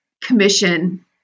commission